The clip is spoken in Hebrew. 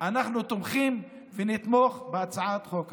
תומכים ונתמוך בהצעת החוק הזאת.